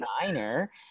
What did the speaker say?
designer